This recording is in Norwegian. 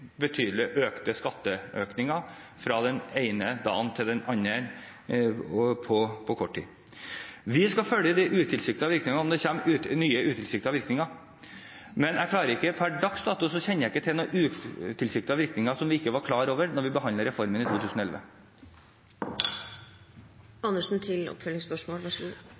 betydelig økte skatter fra den ene dagen til den andre, på kort tid. Vi skal følge de utilsiktede virkningene om det kommer nye utilsiktede virkninger, men per dags dato kjenner jeg ikke til noen utilsiktede virkninger som vi ikke var klar over da vi behandlet reformen i